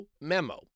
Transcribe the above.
memo